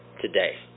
today